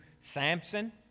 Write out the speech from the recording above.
Samson